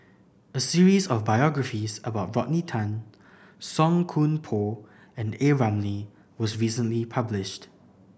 a series of biographies about Rodney Tan Song Koon Poh and A Ramli was recently published